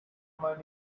money